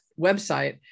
website